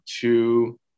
two